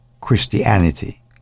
Christianity